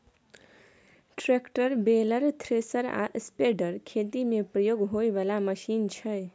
tractor, baler, thresher आ spreader खेती मे प्रयोग होइ बला मशीन छै